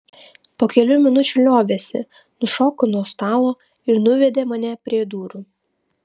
po kelių minučių liovėsi nušoko nuo stalo ir nuvedė mane prie durų